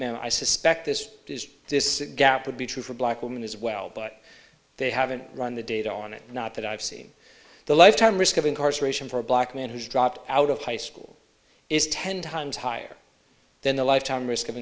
men i suspect this is this gap would be true for black women as well but they haven't run the data on it not that i've seen the lifetime risk of incarceration for a black man who's dropped out of high school is ten times higher than the lifetime risk of